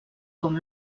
com